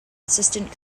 assistant